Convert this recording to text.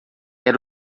era